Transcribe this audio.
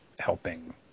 helping